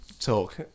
talk